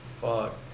fuck